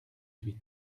huit